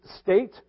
state